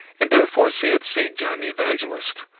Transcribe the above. and therefore saith saint john the evangelist,